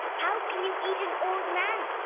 how can you eat an old man,